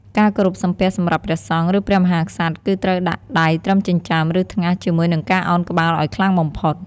ការគោរពសំពះសម្រាប់ព្រះសង្ឃ ឬព្រះមហាក្សត្រ គឺត្រូវដាក់ ដៃត្រឹមចិញ្ចើម ឬថ្ងាស ជាមួយនឹងការឱនក្បាលឱ្យខ្លាំងបំផុត។